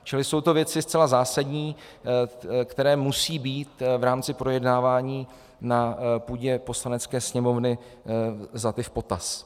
Čili jsou to věci zcela zásadní, které musí být v rámci projednávání na půdě Poslanecké sněmovny vzaty v potaz.